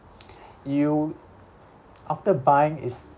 you after buying it's